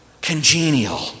congenial